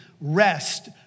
rest